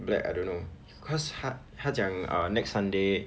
black I don't know because 他他讲 err next sunday